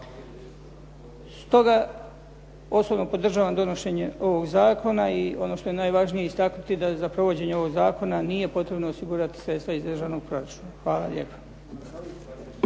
Stoga osobno podržavam donošenje ovog zakona i ono što je najvažnije istaknuti da za provođenje ovog zakona nije potrebno osigurati sredstva iz državnog proračuna. Hvala lijepa.